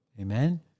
Amen